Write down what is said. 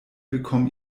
bekommen